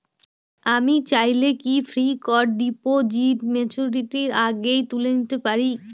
আমি চাইলে কি ফিক্সড ডিপোজিট ম্যাচুরিটির আগেই তুলে নিতে পারি?